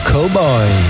Cowboy